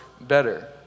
better